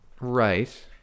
Right